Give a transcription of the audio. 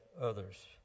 others